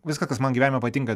viską kas man gyvenime patinka